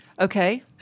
Okay